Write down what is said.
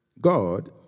God